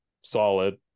solid